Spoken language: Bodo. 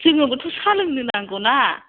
जोंनोबोथ' साहा जो लोंनो नांगौ ना